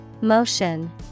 Motion